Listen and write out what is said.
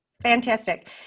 Fantastic